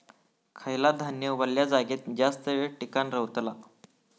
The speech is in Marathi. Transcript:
खयला धान्य वल्या जागेत जास्त येळ टिकान रवतला?